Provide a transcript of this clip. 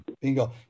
Bingo